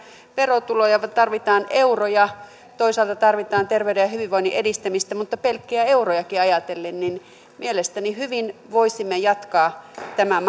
verotuloja tarvitsemme euroja toisaalta tarvitsemme terveyden ja hyvinvoinnin edistämistä mutta pelkkiä eurojakin ajatellen mielestäni hyvin voisimme jatkaa tämän